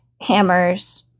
hammers